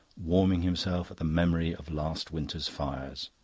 warming himself at the memory of last winter's fires.